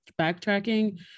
backtracking